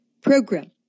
program